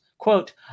quote